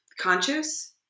conscious